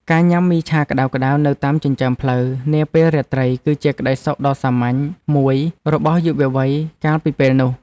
ការញ៉ាំមីឆាក្តៅៗនៅតាមចិញ្ចើមផ្លូវនាពេលរាត្រីគឺជាក្តីសុខដ៏សាមញ្ញមួយរបស់យុវវ័យកាលពីពេលនោះ។